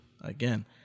again